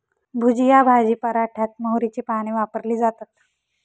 भुजिया भाजी पराठ्यात मोहरीची पाने वापरली जातात